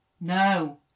No